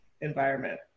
environment